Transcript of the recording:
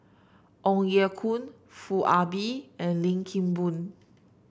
Ong Ye Kung Foo Ah Bee and Lim Kim Boon